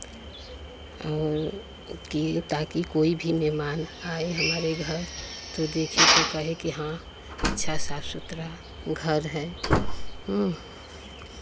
कि ताकि कोई भी मेहमान आए हमारे घर तो देखे तो कहे कि हाँ अच्छा साफ सुथरा घर है